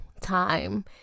time